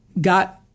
got